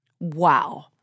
Wow